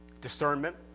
Discernment